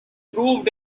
proved